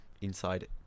Inside